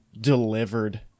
delivered